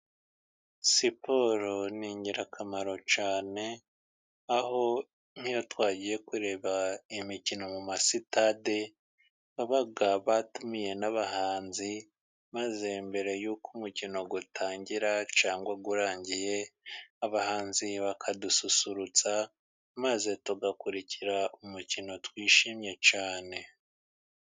Siporo ni ingirakamaro cyane ,aho nk'iyo twagiye kureba imikino mu ma sitade baba batumiye n'abahanzi maze mbere y'uko umukino utangira cyangwa urangira, abahanzi bakadususurutsa ,maze tugakurikira umukino twishimye cyane .